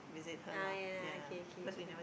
ah ya lah okay okay okay